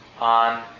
on